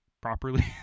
properly